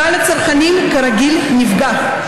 קהל הצרכנים כרגיל נפגע.